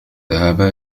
ذهب